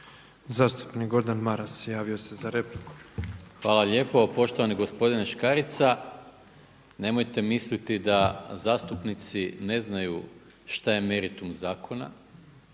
Zastupnik Gordan Maras javio se za repliku. **Maras, Gordan (SDP)** Hvala lijepo. Poštovani gospodine Škarica. Nemojte misliti da zastupnici ne znaju šta je meritum zakona